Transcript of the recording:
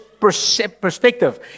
perspective